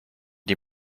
die